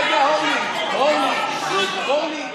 רגע, אורלי,